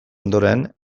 ondoren